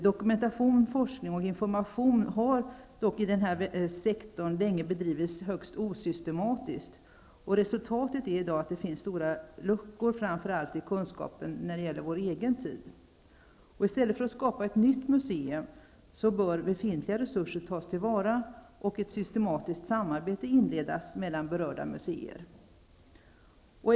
Dokumentation, forskning och information inom den här sektorn har dock länge bedrivits högst osystematiskt. Resultatet är att det i dag finns stora kunskapsluckor framför allt när det gäller kunskapen om vår egen tid. I stället för att skapa ett nytt museum bör befintliga resurser tas till vara och ett systematiskt samarbete inledas mellan berörda museer.